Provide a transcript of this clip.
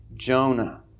Jonah